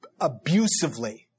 abusively